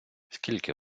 скільки